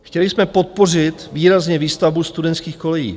Chtěli jsme podpořit výrazně výstavbu studentských kolejí.